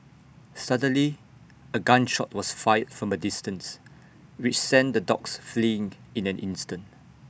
suddenly A gun shot was fired from A distance which sent the dogs fleeing in an instant